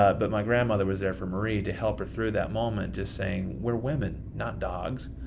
ah but my grandmother was there for marie to help her through that moment just saying, we're women, not dogs.